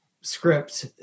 script